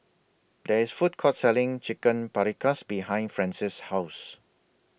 There IS Food Court Selling Chicken Paprikas behind Francis' House